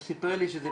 אני אגיד שוב.